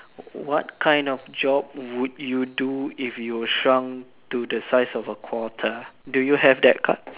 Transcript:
what kind of job would you do if you shrunk to a size of a quarter do you have that card